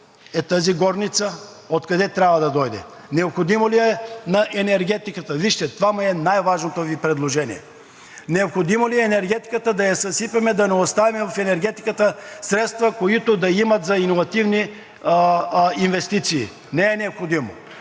ето тази горница – откъде трябва да дойде? Необходимо ли е на енергетиката? Вижте, това е най важното ми предложение. Необходимо ли е енергетиката да я съсипем, да не оставим в енергетиката средства, които да имат за иновативни инвестиции? Не е необходимо.